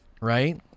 right